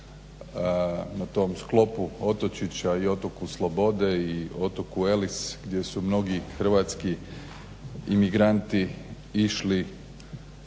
na tom sklopu otočića i otoku Slobode i otoku Ellis gdje su mnogi hrvatski imigranti išli